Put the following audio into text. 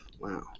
Wow